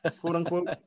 quote-unquote